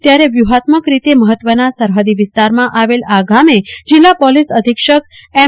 ત્યારે આજે વ્યૂહાત્મક રીતે મહત્ત્વના સરહદી વિસ્તારમાં આવેલા આ ગામે જિલ્લા પોલીસ અધીક્ષક એમ